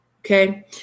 Okay